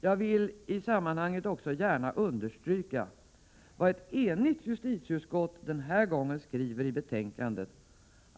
Jag vill i sammanhanget också gärna understryka vad ett enigt justitieutskott den här gången skriver i betänkandet.